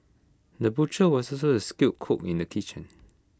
the butcher was also A skilled cook in the kitchen